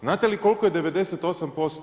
Znate li koliko je 98%